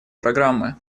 программы